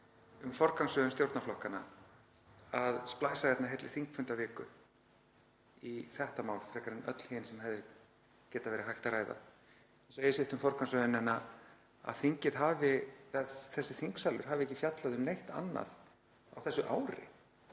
um forgangsröðun stjórnarflokkanna að splæsa heilli þingfundaviku í þetta mál frekar en öll hin sem hefði verið hægt að ræða. Það segir sitt um forgangsröðunina að þessi þingsalur hafi ekki fjallað um neitt annað á þessu ári